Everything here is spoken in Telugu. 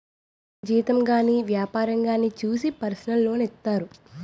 జీతం గాని వ్యాపారంగానే చూసి పర్సనల్ లోన్ ఇత్తారు